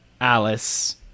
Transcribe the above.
alice